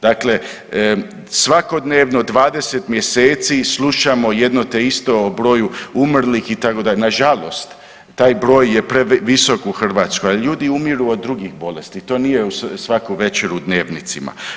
Dakle, svakodnevno 20 mjeseci slušamo jedno te isto o broju umrlih itd., nažalost taj broj je previsok u Hrvatskoj, ali ljudi umiru od drugih bolesti, to nije svaku večer u dnevnicima.